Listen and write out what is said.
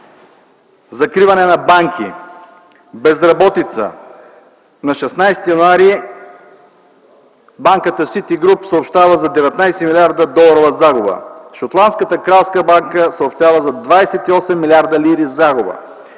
закриване на банки, безработица! На 16 януари банката „Сити груп” съобщава за 19 милиарда доларова загуба. Шотландската кралска банка съобщава за 28 милиарда лири загуба.